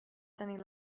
tenir